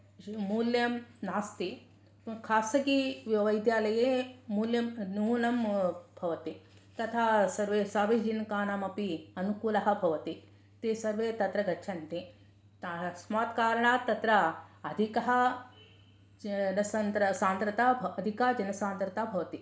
मूल्यं नास्ति खासकीवैद्यालये मूल्यं न्यूनं भवति तथा सर्वे सार्वजनिकानां कृते अपि अनुकूलं भवति ते सर्वे तत्र गच्छन्ति तस्मात् कारणात् तत्र अधिकः अधिका जनसान्द्रता भवति